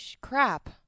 Crap